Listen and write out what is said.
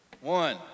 One